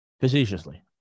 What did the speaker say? Facetiously